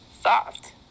Soft